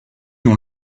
dont